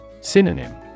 Synonym